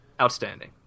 Outstanding